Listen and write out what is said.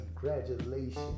Congratulations